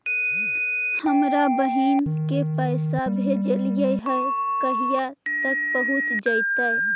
हमरा बहिन के पैसा भेजेलियै है कहिया तक पहुँच जैतै?